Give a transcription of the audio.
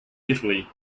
italy